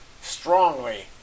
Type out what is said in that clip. strongly